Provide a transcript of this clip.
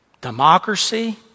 democracy